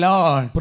Lord